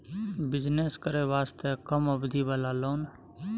Business करे वास्ते कम अवधि वाला लोन?